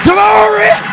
Glory